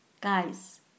Guys